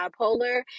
bipolar